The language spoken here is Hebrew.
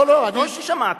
בקושי שמעת,